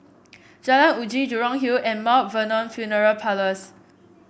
Jalan Uji Jurong Hill and Mt Vernon Funeral Parlours